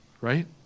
right